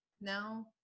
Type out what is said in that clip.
now